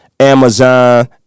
Amazon